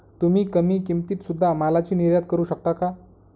तुम्ही कमी किमतीत सुध्दा मालाची निर्यात करू शकता का